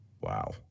Wow